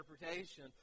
interpretation